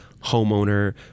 homeowner